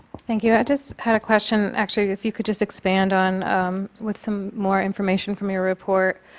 thank you. i just have a question. actually if you could just expand on with some more information from your report,